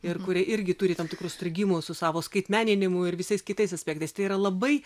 ir kurie irgi turi tam tikrus strigimų su savo skaitmeninimu ir visais kitais aspektais tai yra labai